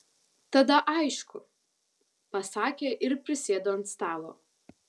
tada aišku pasakė ir prisėdo ant stalo